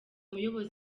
muyobozi